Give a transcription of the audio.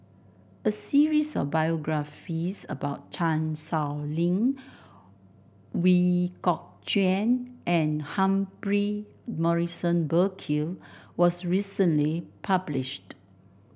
a series of biographies about Chan Sow Lin Ooi Kok Chuen and Humphrey Morrison Burkill was recently published